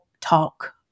talk